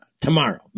tomorrow